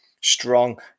strong